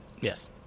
Yes